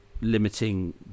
limiting